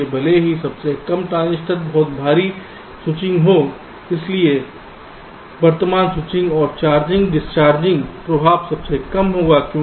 इसलिए भले ही सबसे कम ट्रांजिस्टर बहुत भारी स्विचिंग हो इसलिए वर्तमान स्विचिंग और चार्जिंग डिस्चार्जिंग प्रभाव सबसे कम होगा